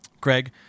Greg